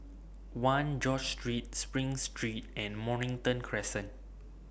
one George Street SPRING Street and Mornington Crescent